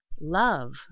love